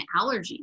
allergies